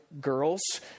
girls